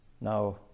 Now